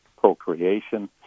procreation